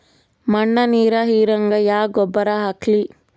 ಮಣ್ಣ ನೀರ ಹೀರಂಗ ಯಾ ಗೊಬ್ಬರ ಹಾಕ್ಲಿ?